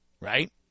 right